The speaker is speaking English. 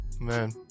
Man